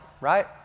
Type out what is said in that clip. right